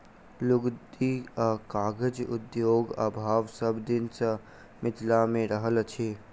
लुगदी आ कागज उद्योगक अभाव सभ दिन सॅ मिथिला मे रहल अछि